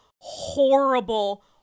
horrible